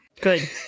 Good